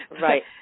Right